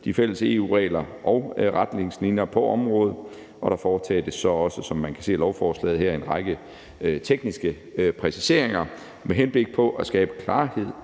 de fælles EU-regler og retningslinjer på området, og der foretages så også, som man kan se af lovforslaget her, en række tekniske præciseringer med henblik på at skabe klarhed